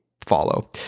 follow